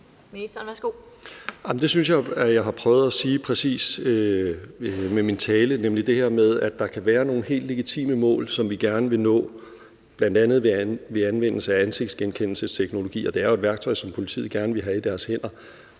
Det synes jeg jeg har prøvet at sige præcist med min tale, nemlig det her med, at der kan være nogle helt legitime mål, som vi gerne vil nå, bl.a. ved anvendelse af ansigtsgenkendelsesteknologi, og det er jo et værktøj, som politiet gerne vil have i deres hænder.